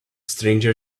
stranger